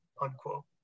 unquote